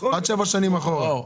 עד שבע שנים אחורה.